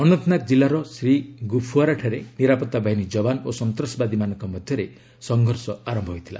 ଅନନ୍ତନାଗ ଜିଲ୍ଲାର ଶ୍ରୀଗୁଫୱାରାଠାରେ ନିରାପତ୍ତା ବାହିନୀ ଯବାନ ଓ ସନ୍ତ୍ରାସବାଦୀମାନଙ୍କ ମଧ୍ୟରେ ସଂଘର୍ଷ ଆରମ୍ଭ ହୋଇଥିଲା